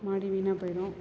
மாடி வீணாக போயிடும்